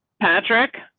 patrick,